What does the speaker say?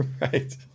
Right